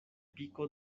piko